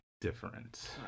different